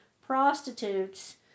prostitutes